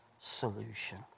solution